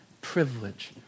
privilege